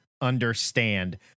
understand